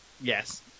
Yes